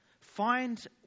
find